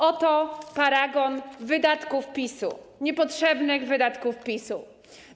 Oto paragon wydatków PiS-u, niepotrzebnych wydatków PiS-u.